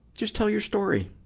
just tell your story.